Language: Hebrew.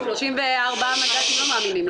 34 מנדטים לא מאמינים לנו?